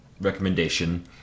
recommendation